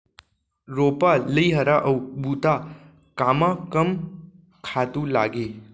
रोपा, लइहरा अऊ बुता कामा कम खातू लागही?